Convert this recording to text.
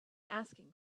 asking